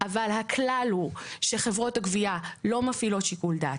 אבל הכלל הוא שחברות הגבייה לא מפעילות שיקול דעת.